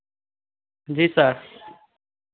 जी sir